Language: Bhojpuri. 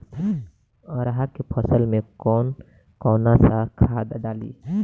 अरहा के फसल में कौन कौनसा खाद डाली?